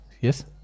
yes